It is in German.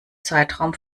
zeitraum